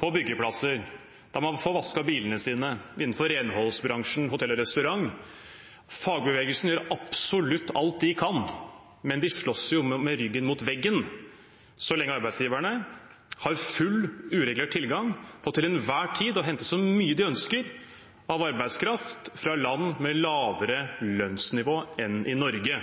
på byggeplasser og der man får vasket bilene sine, innenfor renholdsbransjen og i hotell- og restaurantbransjen. Fagbevegelsen gjør absolutt alt de kan, men de slåss med ryggen mot veggen så lenge arbeidsgiverne har full uregulert tilgang på til enhver tid å hente så mye de ønsker av arbeidskraft fra land med lavere lønnsnivå enn i Norge.